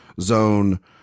zone